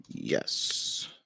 Yes